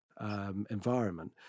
environment